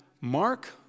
Mark